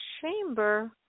chamber